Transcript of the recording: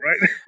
right